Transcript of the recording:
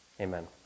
Amen